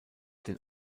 den